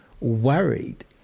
worried